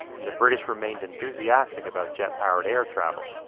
and the british remained enthusiastic about jet-powered air travel.